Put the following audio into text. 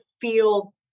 feel